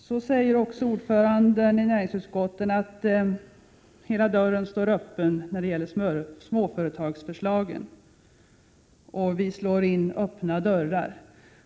Så säger näringsutskottets ordförande att dörren står helt öppen när det gäller småföretagsförslag och att vi slår in öppna dörrar.